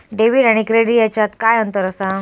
Debit आणि credit ह्याच्यात काय अंतर असा?